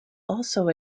also